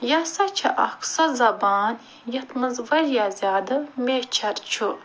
یہِ ہسا چھِ اَکھ سۄ زبان یَتھ منٛز واریاہ زیادٕ میچھر چھُ